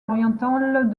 orientale